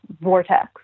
vortex